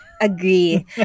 Agree